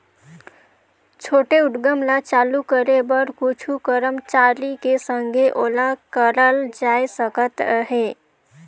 छोटे उद्यम ल चालू करे बर कुछु करमचारी के संघे ओला करल जाए सकत अहे